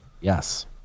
Yes